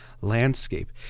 landscape